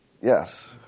Yes